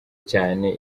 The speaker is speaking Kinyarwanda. cyane